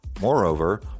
Moreover